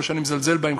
לא שאני מזלזל בהם,